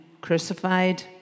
crucified